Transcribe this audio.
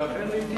שאתם עדים לה.